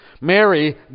Mary